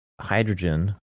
hydrogen